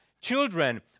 children